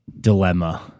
dilemma